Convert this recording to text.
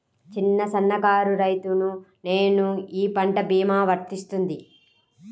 చిన్న సన్న కారు రైతును నేను ఈ పంట భీమా వర్తిస్తుంది?